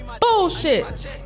Bullshit